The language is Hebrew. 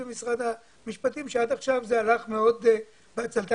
משרד המשפטים שעד עכשיו זה הלך מאוד בעצלתיים.